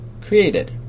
created